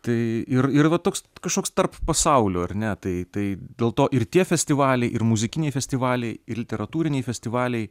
tai ir ir va toks kažkoks tarp pasaulių ar ne tai tai dėl to ir tie festivaliai ir muzikiniai festivaliai ir literatūriniai festivaliai